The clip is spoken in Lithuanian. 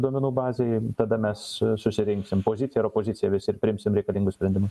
duomenų bazėje tada mes susirinksim pozicija opozicija visi priimsim reikalingus sprendimus